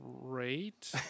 great